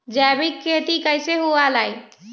जैविक खेती कैसे हुआ लाई?